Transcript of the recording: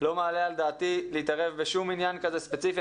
לא מעלה על דעתי להתערב בשום עניין כזה ספציפי.